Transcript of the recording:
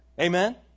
Amen